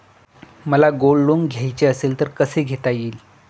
मला gold loan घ्यायचे असेल तर कसे घेता येईल?